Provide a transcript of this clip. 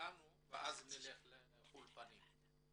ואחר כך נפנה לאולפנים.